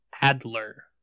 Adler